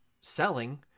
selling